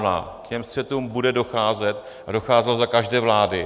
K těm střetům bude docházet a docházelo za každé vlády.